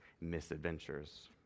misadventures